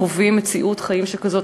חווים מציאות כזאת,